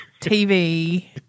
TV